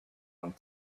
long